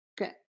Okay